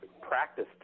practice